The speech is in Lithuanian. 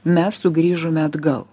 mes sugrįžome atgal